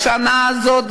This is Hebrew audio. וגם השנה הזאת,